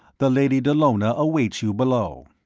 the lady dallona awaits you below.